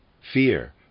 Fear